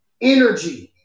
energy